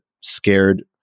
scared